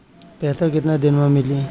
पैसा केतना दिन में मिली?